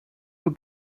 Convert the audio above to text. will